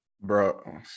Bro